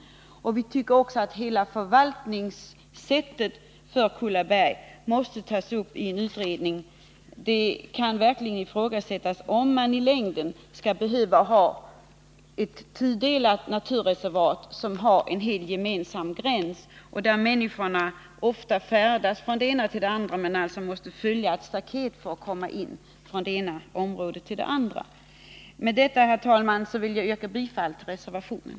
Vi tycker också att hela förvaltningssättet för Kullaberg måste tas upp i en utredning. Det kan verkligen ifrågasättas om man i längden skall behöva ha ett tudelat naturreservat med ett staket som skiljer de båda delarna åt trots att de har en gemensam gräns och trots att människorna ofta färdas från den ena delen till den andra. Med detta, herr talman, vill jag yrka bifall till reservationen.